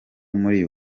muri